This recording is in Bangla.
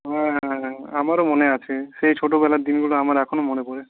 হ্যাঁ হ্যাঁ আমারও মনে আছে সেই ছোটবেলার দিনগুলো আমার এখনো মনে পড়ে